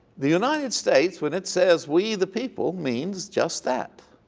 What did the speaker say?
the united states, when it says, we the people means just that.